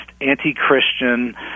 anti-Christian